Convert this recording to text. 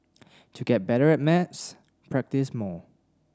to get better at maths practise more